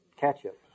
ketchup